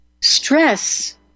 stress